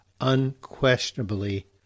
unquestionably